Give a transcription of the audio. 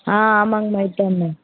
ஆ ஆமாங்கம்மா இப்போ வந்து